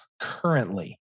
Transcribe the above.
currently